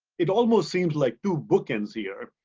it almost seems like two bookends here.